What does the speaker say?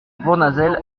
bournazel